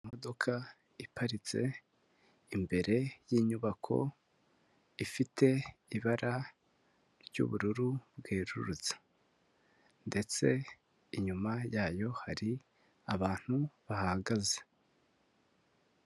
Imodoka iparitse imbere y'inyubako ifite ibara ry'ubururu bwererutse ndetse inyuma yayo hari abantu bahahagaze.